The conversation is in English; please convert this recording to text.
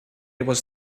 was